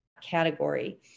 category